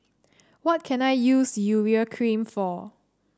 what can I use Urea Cream for